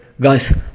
guys